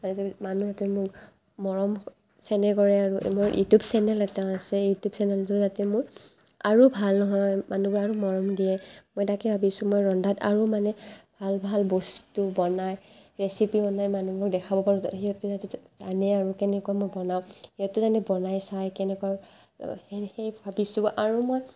আৰু মানুহে যাতে মোক মৰম চেনেহ কৰে আৰু মোৰ ইউটিউব চেনেল এটা আছে ইউটিউব চেনেলটো যাতে মোৰ আৰু ভাল হয় মানুহবোৰে আৰু মৰম দিয়ে মই তাকে ভাবিছোঁ মই ৰন্ধাত আৰু মানে ভাল ভাল বস্তু বনাই ৰেচিপি বনাই মানুহবোৰক দেখাব পাৰোঁ যাতে সিহঁতে যাতে জানে আৰু কেনেকুৱা মই বনাওঁ সিহঁতে যাতে বনাই চাই কেনেকুৱা সেই ভাবিছোঁ আৰু